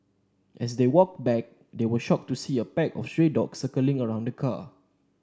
as they walked back they were shocked to see a pack of stray dogs circling around the car